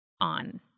on